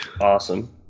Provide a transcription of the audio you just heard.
Awesome